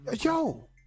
Yo